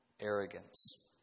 arrogance